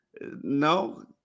No